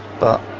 but,